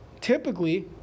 typically